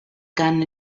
gun